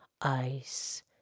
ice